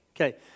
Okay